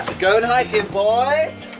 going hiking boys